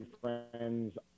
friends